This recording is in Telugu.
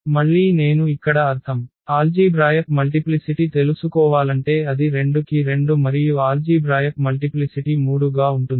మళ్ళీ నేను ఇక్కడ అర్థం ఆల్జీభ్రాయక్ మల్టిప్లిసిటి తెలుసుకోవాలంటే అది 2 కి 2 మరియు ఆల్జీభ్రాయక్ మల్టిప్లిసిటి 3 గా ఉంటుంది